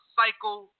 cycle